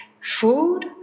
food